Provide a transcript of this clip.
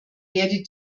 werde